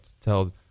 tell